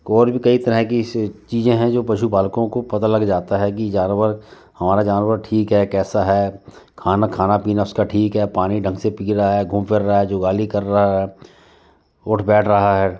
और भी कई तरह की इस चीज़ें है जो पशु पालकों को पता लग जाता है कि जानवर हमारा जानवर ठीक है कैसा है खाना खाना पीना उसका ठीक है पानी ढंग से पी रहा है घूम फिर रहा है जुगाली कर रहा है उठ बैठ रहा है